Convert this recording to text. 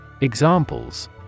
Examples